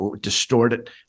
distorted